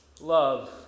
love